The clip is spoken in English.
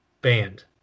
band